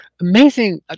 amazing